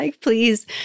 please